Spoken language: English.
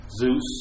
Zeus